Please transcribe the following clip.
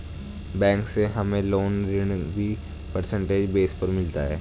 bank से हमे loan ऋण भी परसेंटेज बेस पर मिलता है